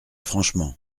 franchement